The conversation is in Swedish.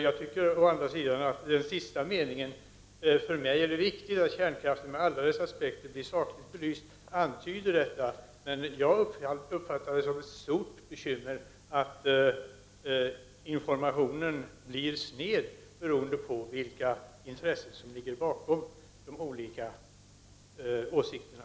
Det antyds i den sista meningen i svaret: ”För mig är det viktiga att kärnkraften med alla dess aspekter blir sakligt belyst.” Jag uppfattar det som ett stort bekymmer att informationen blir sned beroende på de intressen som ligger bakom de olika åsikterna.